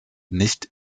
nicht